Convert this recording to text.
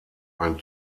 ein